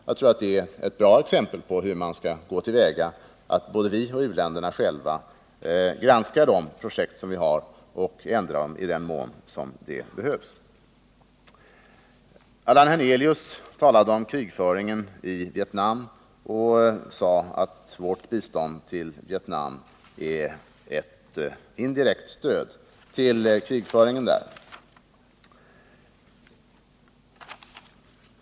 Jag tror att det är ett bra exempel på hur man bör gå till väga, nämligen att både Sverige och u-länderna själva granskar projekten och ändrar dem i den mån som det behövs. Allan Hernelius talade om krigföringen i Vietnam och sade att vårt bistånd till Vietnam är ett indirekt stöd till krigföringen där.